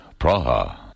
Praha